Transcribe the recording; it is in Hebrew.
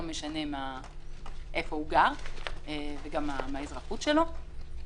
לא משנה איפה הוא גר ומה האזרחות שלו,